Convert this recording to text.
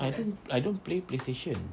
I don't I don't play playstation